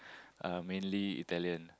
uh mainly Italian